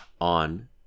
on